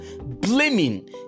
blaming